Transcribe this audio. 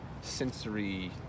sensory